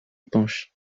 penche